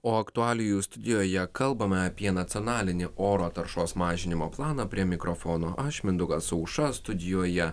o aktualijų studijoje kalbame apie nacionalinį oro taršos mažinimo planą prie mikrofono aš mindaugas aušra studijoje